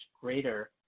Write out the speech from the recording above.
greater